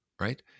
right